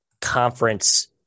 conference